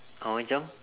apa macam